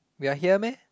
we are here meh